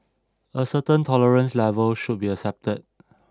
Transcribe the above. a certain tolerance level should be accepted